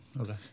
Okay